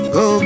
go